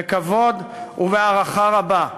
בכבוד ובהערכה רבה.